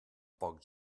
pocs